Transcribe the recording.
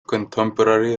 contemporary